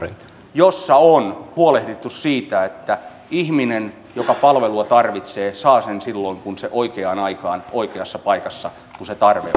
jossa on huolehdittu siitä että ihminen joka palvelua tarvitsee saa sen oikeaan aikaan oikeassa paikassa silloin kun se tarve